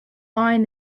iron